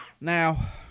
Now